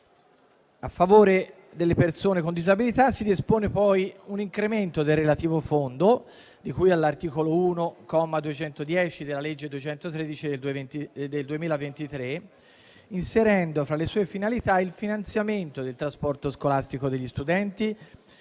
A favore delle persone con disabilità si dispone un incremento del relativo fondo, di cui all'articolo 1, comma 210, della legge n. 213 del 2023, inserendo fra le sue finalità il finanziamento del trasporto scolastico degli studenti